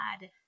God